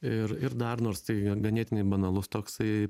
ir ir dar nors tai ganėtinai banalus toksai